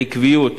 בעקביות,